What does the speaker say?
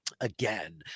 again